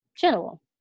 general